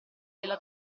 della